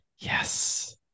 Yes